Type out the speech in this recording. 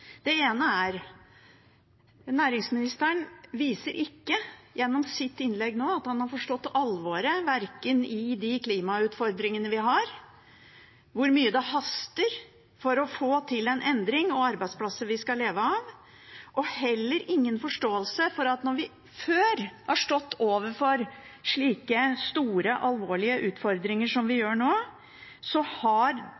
Det ene er at næringsministeren gjennom sitt innlegg nå viser at han ikke har forstått alvoret i de klimautfordringene vi har, og hvor mye det haster for å få til en endring og arbeidsplasser vi skal leve av. Han har heller ingen forståelse for at når vi før har stått overfor slike store, alvorlige utfordringer som vi